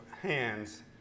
hands